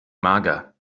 mager